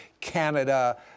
Canada